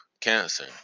Cancer